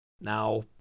Now